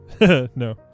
no